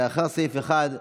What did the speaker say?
לאחר סעיף 1,